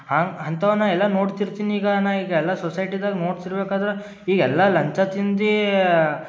ಹಾಂಗೆ ಅಂಥವ್ನ ಎಲ್ಲ ನೋಡ್ತಿರ್ತೀನಿ ಈಗ ನಾ ಈಗ ಎಲ್ಲ ಸೊಸೈಟಿದಾಗ ನೋಡ್ತಿರ್ಬೇಕಾದ್ರೆ ಈಗ ಎಲ್ಲ ಲಂಚ ತಿಂದು